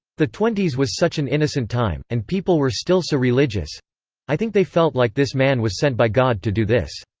the twenties was such an innocent time, and people were still so religious i think they felt like this man was sent by god to do this.